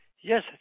Yes